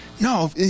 No